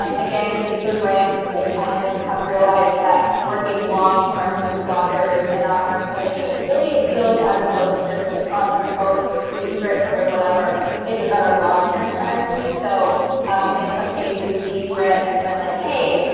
um again, these are brands that they kind of have realized that working long-term with bloggers and offering really good affiliate deals as opposed to just like sponsored posts or free trips or whatever is a better long-term strategy. so in some cases, these brands have been like, hey,